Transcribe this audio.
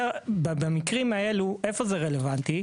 במקרים האלה, איפה זה רלוונטי?